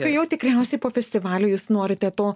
tai jau tikriausiai po festivalio jūs norite to